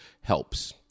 helps